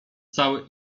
całe